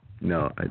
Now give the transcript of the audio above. No